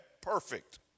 perfect